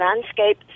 landscape